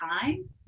time